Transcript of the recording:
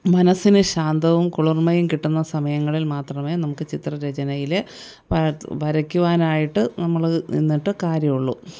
മനസ്സിന് ശാന്തവും കുളിർമയും കിട്ടുന്ന സമയങ്ങളിൽ മാത്രമേ നമുക്ക് ചിത്രരചനയിൽ വര വരയ്ക്കുവാനായിട്ട് നമ്മൾ നിന്നിട്ട് കാര്യം ഉള്ളു